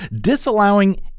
disallowing